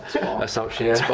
assumption